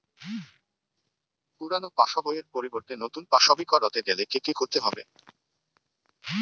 পুরানো পাশবইয়ের পরিবর্তে নতুন পাশবই ক রতে গেলে কি কি করতে হবে?